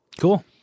Cool